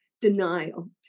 denial